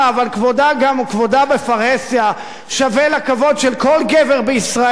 אבל כבודה הוא גם כבודה בפרהסיה ושווה לכבוד של גבר בישראל,